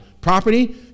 property